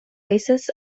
basis